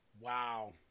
Wow